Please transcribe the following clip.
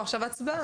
עכשיו הצבעה.